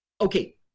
Okay